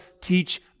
teach